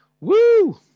Woo